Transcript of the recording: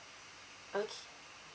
okay